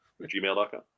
gmail.com